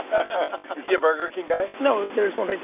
is he a burger king guy? no, there's one right